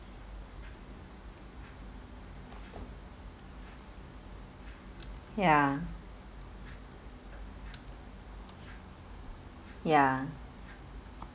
ya ya